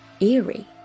eerie